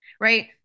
right